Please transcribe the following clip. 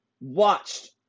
watched